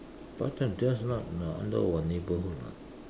but t~ that's just not under our neighborhood [what]